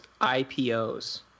IPOs